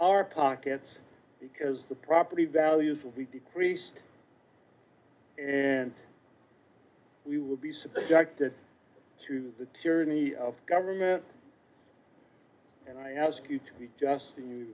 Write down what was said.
our pockets because the property values will be decreased and we will be subjected to the tyranny of government and i ask you to just